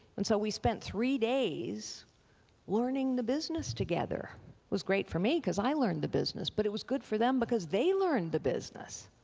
and so we spent three days learning the business together. it was great for me because i learned the business, but it was good for them because they learned the business.